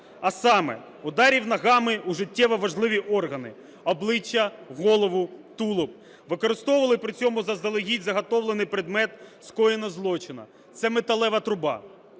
а саме ударів ногами у життєво важливі органи – обличчя, голову, тулуб, використовували при цьому заздалегідь заготовлений предмет скоєння злочину – це металева труба,